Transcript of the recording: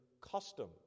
customs